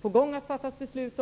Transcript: på gång att fatta beslut.